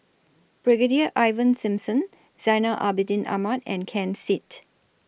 Brigadier Ivan Simson Zainal Abidin Ahmad and Ken Seet